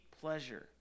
pleasure